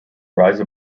rise